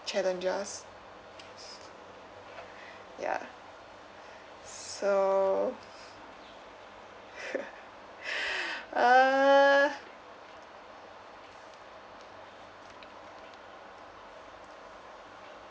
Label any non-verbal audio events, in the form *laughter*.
challenges ya so *laughs* uh